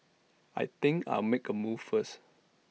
I think I'll make A move first